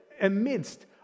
amidst